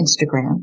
Instagram